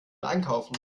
einkaufen